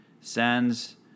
sends